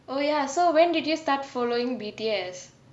oh ya so when did you start following B_T_S